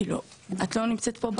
כאילו את לא נמצאת פה,